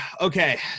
Okay